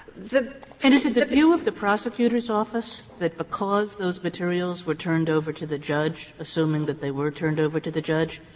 and is it the view of the prosecutor's office that because those materials were turned over to the judge, assuming that they were turned over to the judge,